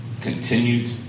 Continued